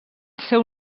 seu